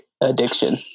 addiction